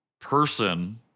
person